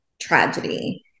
tragedy